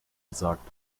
gesagt